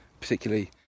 particularly